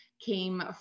came